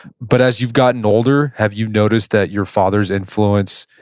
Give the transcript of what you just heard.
but as you've gotten older, have you noticed that your father's influence,